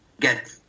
get